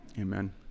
Amen